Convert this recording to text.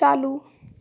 चालू